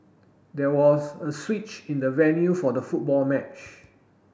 there was a switch in the venue for the football match